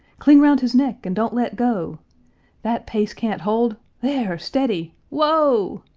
cling round his neck and don't let go that pace can't hold there! steady! whoa!